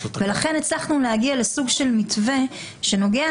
לכן הצלחנו להגיע לסוג של מתווה שנוגע